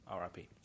RIP